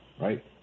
right